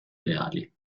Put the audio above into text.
reali